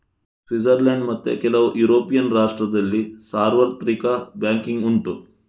Switzerland ಮತ್ತೆ ಕೆಲವು European ರಾಷ್ಟ್ರದಲ್ಲಿ ಸಾರ್ವತ್ರಿಕ ಬ್ಯಾಂಕಿಂಗ್ ಉಂಟು